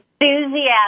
enthusiasm